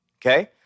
Okay